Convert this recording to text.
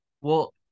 Well-